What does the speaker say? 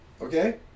Okay